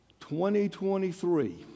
2023